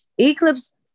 Eclipse